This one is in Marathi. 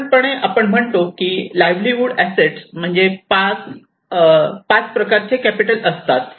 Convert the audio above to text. साधारणपणे आपण म्हणतो की लाईव्हलीहूड असेट्स म्हणजे पाच कॅपिटल असतात